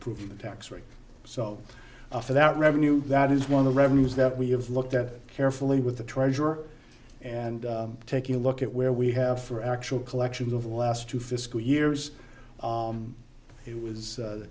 proving the tax rate so for that revenue that is one of the revenues that we have looked at carefully with the treasurer and taking a look at where we have for actual collections over the last two fiscal years it was